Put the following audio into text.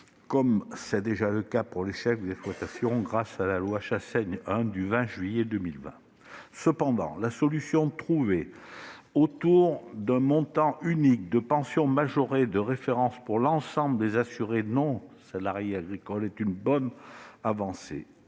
comme c'est déjà le cas pour les chefs d'exploitation grâce à la loi Chassaigne 1 de juillet 2020. Cependant, la solution trouvée autour d'un montant unique de pension majorée de référence pour l'ensemble des assurés non salariés agricoles est une avancée